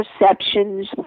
perceptions